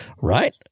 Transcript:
Right